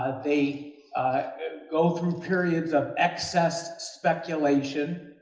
they go through periods of excess speculation,